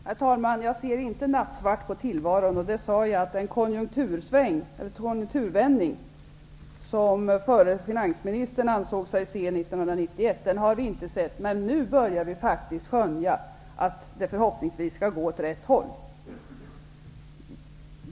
Herr talman! Jag ser inte nattsvart på tillvaron. Det sade jag. Den konjunktursvängning som förre finansministern ansåg sig se 1991 har vi inte sett, men nu börjar vi faktiskt skönja att det förhoppningsvis går åt rätt håll.